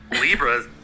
Libras